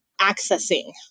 accessing